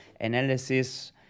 analysis